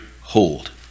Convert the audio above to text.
hold